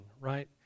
right